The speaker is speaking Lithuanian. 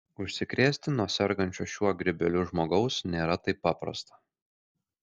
užsikrėsti nuo sergančio šiuo grybeliu žmogaus nėra taip paprasta